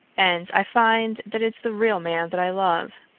and i find that it's the real man that i love.